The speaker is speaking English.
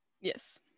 Yes